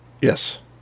yes